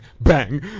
bang